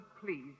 please